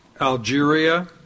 Algeria